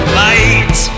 light